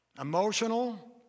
Emotional